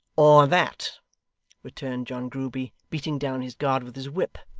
or that returned john grueby, beating down his guard with his whip,